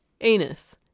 Anus